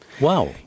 Wow